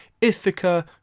Ithaca